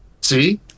See